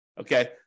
Okay